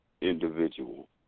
Individual